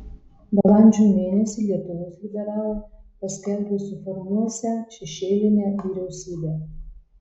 balandžio mėnesį lietuvos liberalai paskelbė suformuosią šešėlinę vyriausybę